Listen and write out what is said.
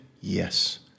Yes